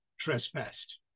trespassed